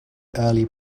early